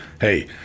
hey